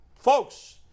folks